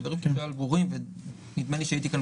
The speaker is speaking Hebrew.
הדברים שאמר הם ברורים ונדמה לי שהייתי כאן